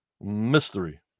Mystery